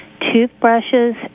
toothbrushes